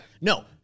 No